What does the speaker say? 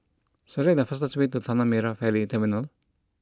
select the fastest way to Tanah Merah Ferry Terminal